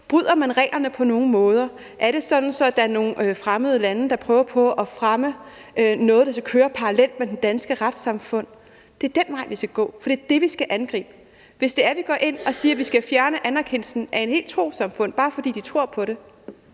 bryder reglerne på nogen måde. Er det sådan, at der er nogle fremmede lande, der prøver på at fremme noget, der skal køre parallelt med det danske retssamfund? Det er den vej, vi skal gå, for det er det, vi skal angribe. Hvis det er, at vi går ind og siger, at vi skal fjerne anerkendelsen af et helt trossamfund, bare fordi de tror på det,